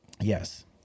Yes